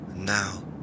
now